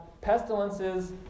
pestilences